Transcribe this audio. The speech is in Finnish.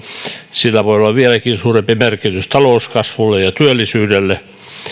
sillä voi olla vieläkin suurempi merkitys talouskasvulle ja työllisyydelle